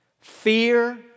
fear